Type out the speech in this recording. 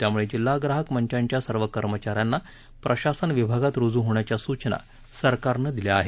त्यामुळे जिल्हा ग्राहक मंचांच्या सर्व कर्मचाऱ्यांना प्रशासन विभागात रुजू होण्याच्या सूचना सरकारनं दिल्या आहेत